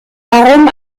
warum